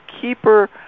keeper